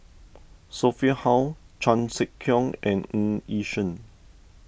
Sophia Hull Chan Sek Keong and Ng Yi Sheng